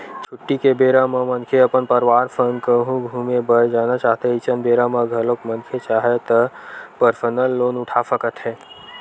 छुट्टी के बेरा म मनखे अपन परवार संग कहूँ घूमे बर जाना चाहथें अइसन बेरा म घलोक मनखे चाहय त परसनल लोन उठा सकत हे